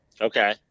Okay